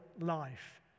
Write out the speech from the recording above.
life